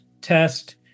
test